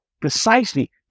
precisely